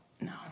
No